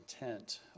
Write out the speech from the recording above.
intent